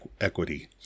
equity